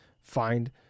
find